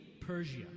Persia